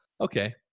okay